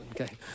Okay